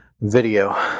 video